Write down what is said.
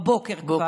בבוקר כבר,